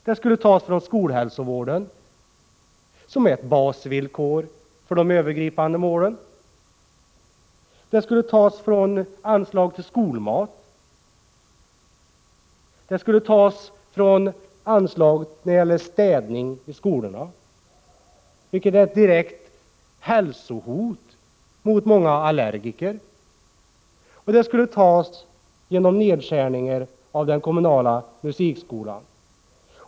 De skulle tas från skolhälsovården, som är ett basvillkor för de övergripande målen. De skulle tas från anslaget för skolmaten och från anslag för städning i skolorna, vilket innebär ett direkt hälsohot mot många allergiker. De skulle också tas genom nedskärning av den kommunala musikskolan.